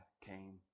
came